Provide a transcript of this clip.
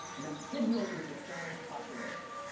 and that signal is the song's popularity.